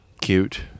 cute